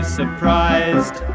surprised